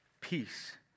peace